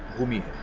bhumi.